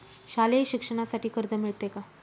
शालेय शिक्षणासाठी कर्ज मिळते का?